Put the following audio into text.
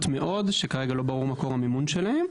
מאוד וכרגע לא ברור מקור המימון שלהם.